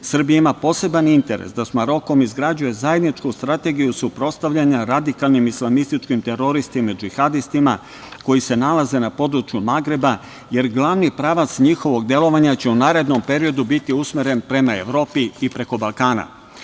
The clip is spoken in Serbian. Srbija ima poseban interes da sa Marokom izgrađuje zajedničku strategiju suprotstavljanja radikalnim islamističkim teroristima i džihadistima koji se nalaze na području Magreba, jer glavni pravac njihovog delovanja će u narednom periodu biti usmeren prema Evropi i preko Balkana.